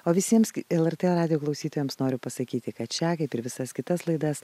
o visiems lrt radijo klausytojams noriu pasakyti kad šią kaip ir visas kitas laidas